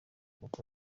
kuko